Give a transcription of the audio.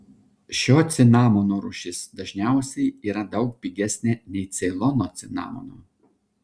šio cinamono rūšis dažniausiai yra daug pigesnė nei ceilono cinamono